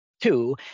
two